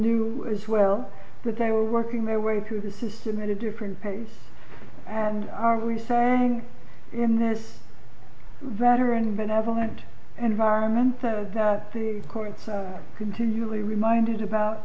knew as well that they were working their way through the system at a different pace and are we saying in this veteran benevolent and environment that the courts continually reminded about